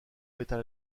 métal